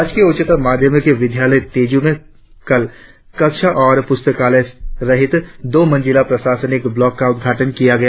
राजकीय उच्चतर माध्यमिक विद्यालय तेजू में कल कक्षा और पुस्तकालय रहित दो मंजिला प्रशासनिक ब्लॉक का उद्घाटन किया गया